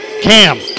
Cam